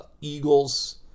Eagles